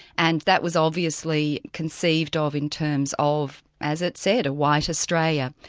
and that was obviously conceived ah of in terms of as it said, a white australia.